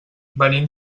venim